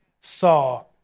saw